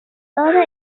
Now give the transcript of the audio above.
اسرار